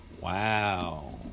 Wow